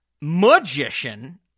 magician